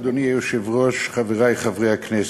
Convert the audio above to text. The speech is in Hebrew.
אדוני היושב-ראש, חברי חברי הכנסת,